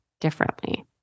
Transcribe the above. differently